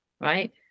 right